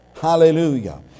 Hallelujah